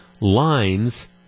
lines